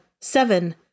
Seven